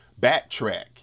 backtrack